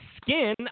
skin